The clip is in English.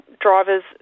drivers